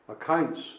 accounts